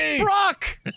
Brock